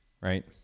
right